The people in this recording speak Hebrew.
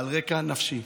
בעל רקע נפשי.